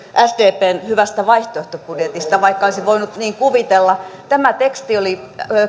sdpn hyvästä vaihtoehtobudjetista vaikka olisi voinut niin kuvitella tämä teksti oli